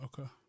Okay